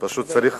פשוט צריך